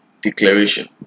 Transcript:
declaration